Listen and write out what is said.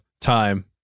time